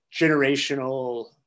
generational